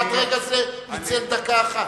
ועד רגע זה ניצל דקה אחת.